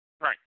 Right